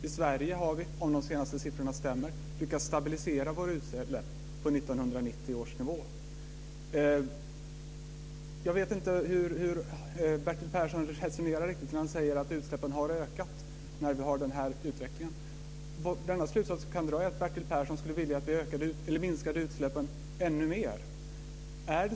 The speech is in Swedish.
I Sverige har vi, om de senaste siffrorna stämmer, lyckats stabilisera våra utsläpp på 1990 års nivå. Jag vet inte hur Bertil Persson resonerar när han säger att utsläppen har ökat med tanke på denna utveckling. Den enda slutsats jag kan dra är att Bertil Persson vill att vi minskar utsläppen ännu mer.